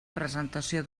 presentació